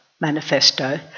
manifesto